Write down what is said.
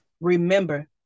Remember